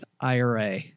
IRA